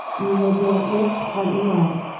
you will be at least partly right.